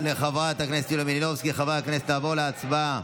חברי הכנסת, נעבור להצבעה.